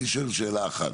אני שואל שאלה אחת,